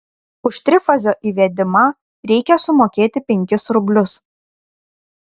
už trifazio įvedimą reikia sumokėti penkis rublius